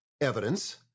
evidence